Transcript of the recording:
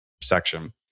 section